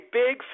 big